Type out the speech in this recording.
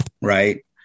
right